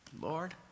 Lord